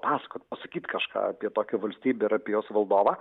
pasakot pasakyt kažką apie tokią valstybę ir apie jos valdovą